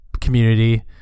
community